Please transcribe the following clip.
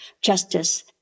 justice